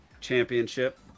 championship